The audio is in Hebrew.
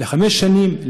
לחמש שנים,